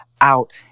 out